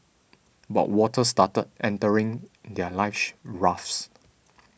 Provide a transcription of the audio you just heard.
but water started entering their life rafts